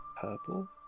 Purple